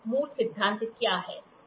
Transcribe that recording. मूल सिद्धांत क्या है